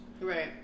right